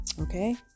okay